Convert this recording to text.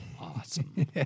awesome